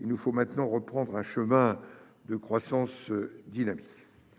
Il nous faut maintenant reprendre un chemin de croissance dynamique.